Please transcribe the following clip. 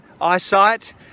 eyesight